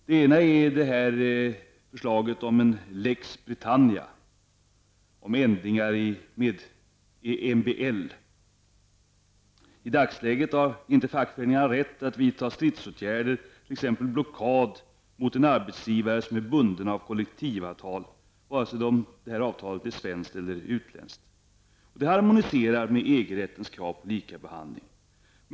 Det ena är förslaget om en ''Lex Britannia'' om ändringar i MBL. Fackföreningarna har i dagens läge inte rätt att vidta stridsåtgärder, t.ex. blockad mot en arbetsgivare som är bunden av kollektivavtal vare sig det här avtalet är svenskt eller utländskt. Det harmonierar med EG-rättens krav på lika behandling.